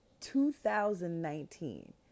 2019